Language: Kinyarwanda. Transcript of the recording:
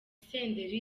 senderi